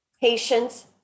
patience